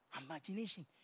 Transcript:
Imagination